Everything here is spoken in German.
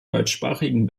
deutschsprachigen